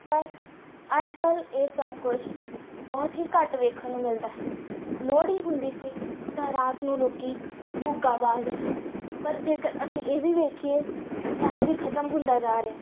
ਪਰ ਅੱਜ ਕੱਲ੍ਹ ਇਹ ਸਭ ਕੁਛ ਬਹੁਤ ਹੀ ਘੱਟ ਵੇਖਣ ਨੂੰ ਮਿਲਦਾ ਲੋਹੜੀ ਹੁੰਦੀ ਸੀ ਤਾਂ ਰਾਤ ਨੂੰ ਲੋਕ ਭੁੱਗਾ ਬਾਲਦੇ ਸਨ ਪਰ ਜੇਕਰ ਅਸੀਂ ਇਹ ਵੀ ਵੇਖੀਏ ਤਾਂ ਇਹ ਵੀ ਖਤਮ ਹੁੰਦਾ ਜਾ ਰਿਹਾ